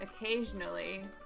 occasionally